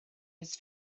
his